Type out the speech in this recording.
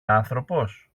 άνθρωπος